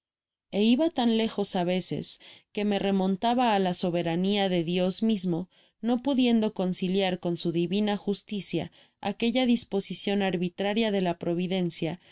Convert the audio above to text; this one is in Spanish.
é iba tan lejos á veces que me remontaba ála soberania de dios mismo no pudiendo conciliar con su divina justicia aquella disposicion arbitraria de la providencia